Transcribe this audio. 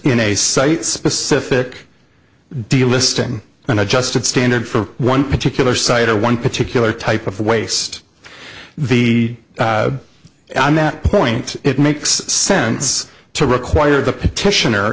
in a site specific delisting an adjusted standard for one particular site or one particular type of waste the on that point it makes sense to require the petition